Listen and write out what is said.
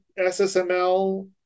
SSML